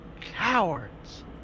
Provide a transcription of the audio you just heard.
Cowards